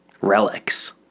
Relics